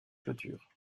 clôtures